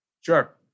Sure